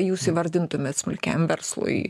jūs įvardintumėt smulkiam verslui